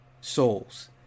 souls